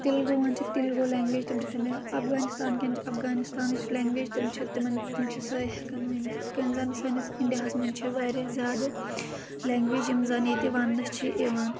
تیلگووَن چھِ تیلگو لنٛگویج تِم چھِ افغانستانکیٚن چھِ افغانستانٕچ لیٚنٛگویج تِم چھِ تِمَن تِم چھِ سٲری ہیٚکان ؤنِتھ یِتھ کٔنۍ زَن سٲنِس اِنڈیا ہَس منٛز چھِ واریاہ زیادٕ لنٛگویج یِم زَن ییٚتہِ وَننہٕ چھِ یِوان